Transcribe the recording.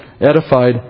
edified